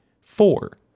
four